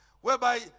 whereby